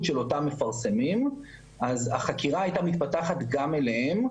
של אותם מפרסמים אז החקירה הייתה מתפתחת גם אליהם.